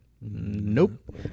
Nope